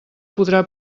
podrà